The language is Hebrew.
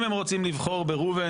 אם הם רוצים לבחור בראובן,